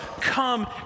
Come